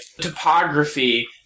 topography